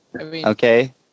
Okay